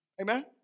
Amen